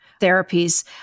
therapies